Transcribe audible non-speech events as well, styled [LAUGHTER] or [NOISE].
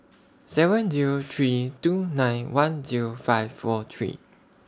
seven Zero [NOISE] three two nine one Zero five four three